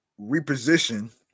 reposition